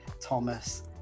Thomas